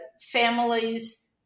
families